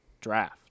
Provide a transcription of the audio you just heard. Draft